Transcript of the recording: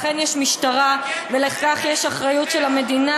לכן יש משטרה, ולכך יש אחריות של המדינה.